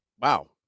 Wow